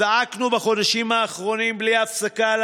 זעקנו בחודשים האחרונים בלי הפסקה על